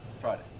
Friday